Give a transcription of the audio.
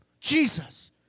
Jesus